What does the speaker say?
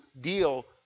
deal